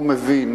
הוא מבין